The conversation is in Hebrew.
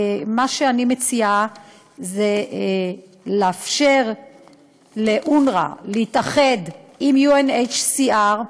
מה שאני מציעה זה לאפשר לאונר"א להתאחד עם UNHCR,